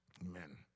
Amen